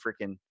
freaking